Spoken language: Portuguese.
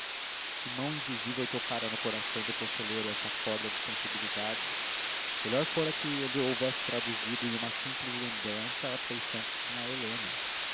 que mão invisível tocara no coração do conselheiro essa corda de sensibilidade melhor fora que ele houvesse traduzido em uma simples lembrança a afeição que tinha a helena